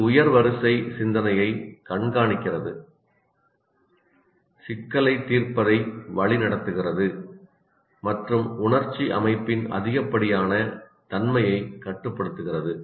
இது உயர் வரிசை சிந்தனையை கண்காணிக்கிறது சிக்கலைத் தீர்ப்பதை வழிநடத்துகிறது மற்றும் உணர்ச்சி அமைப்பின் அதிகப்படியான தன்மையைக் கட்டுப்படுத்துகிறது